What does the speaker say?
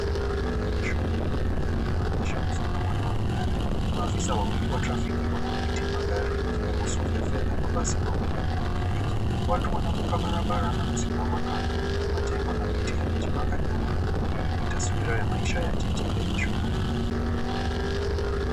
Barabara yenye shughuli nyingi inaonyesha msongamano wa magari. Maafisa wawili wa trafiki wanadhabiti magari, ikiwemo SUV ya fedha, mabasi mawili na pikipiki. Watu wanavuka barabara na kusimama kando. Majengo na miti yamejipanga nyuma. Hii ni taswira ya maisha ya jiji lenye shughuli nyingi.